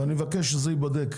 ואני מבקש שהנושא הזה ייבדק.